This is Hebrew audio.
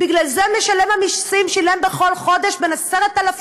בגלל זה משלם המיסים שילם בכל חודש בין 10,000